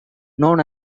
known